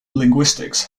linguistics